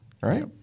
right